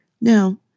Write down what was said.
Now